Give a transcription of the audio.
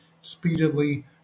speedily